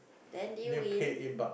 then did you win